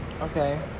Okay